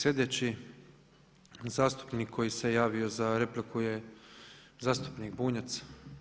Slijedeći zastupnik koji se javio za repliku je zastupnik Bunjac.